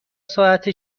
ساعت